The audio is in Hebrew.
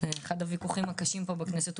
אחד הוויכוחים הקשים פה בכנסת,